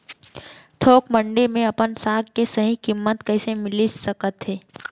थोक मंडी में अपन साग के सही किम्मत कइसे मिलिस सकत हे?